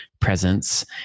presence